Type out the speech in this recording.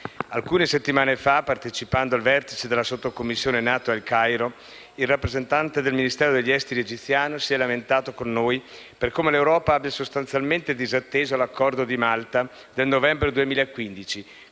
Alcune settimane fa, partecipando al vertice della sottocommissione NATO a Il Cairo, il rappresentante del Ministero degli esteri egiziano si è lamentato con noi per come l'Europa abbia sostanzialmente disatteso l'Accordo di Malta del novembre 2015,